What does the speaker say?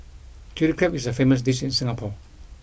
Chilli Crab is a famous dish in Singapore